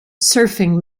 surfing